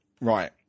right